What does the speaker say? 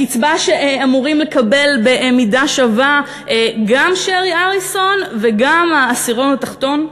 הקצבה שאמורים לקבל במידה שווה גם שרי אריסון וגם העשירון התחתון?